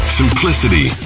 simplicity